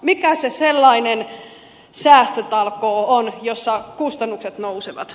mikä se sellainen säästötalkoo on jossa kustannukset nousevat